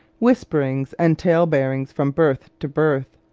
whisperings and tale-bearings from berth to berth,